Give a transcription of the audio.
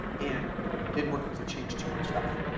and didn't work because it changed too much stuff.